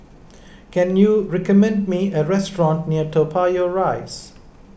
can you recommend me a restaurant near Toa Payoh Rise